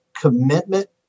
commitment